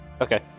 okay